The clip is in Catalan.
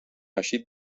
eixit